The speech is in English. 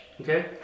Okay